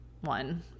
one